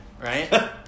right